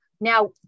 Now